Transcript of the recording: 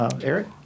Eric